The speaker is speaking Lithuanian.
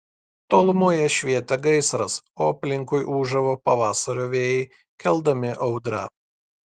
tolumoje švietė gaisras o aplinkui ūžavo pavasario vėjai keldami audrą